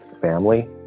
family